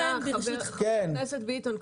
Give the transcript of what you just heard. חבר הכנסת ביטון,